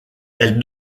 elle